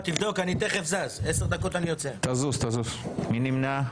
מי נמנע?